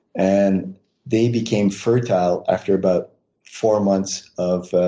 and they became fertile after about four months of